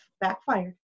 backfired